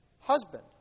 husband